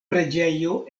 preĝejo